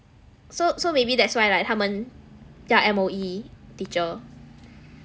so so maybe that's why maybe like 他们要 M_O_E teacher